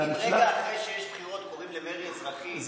אם רגע אחרי שיש בחירות קוראים למרי אזרחי,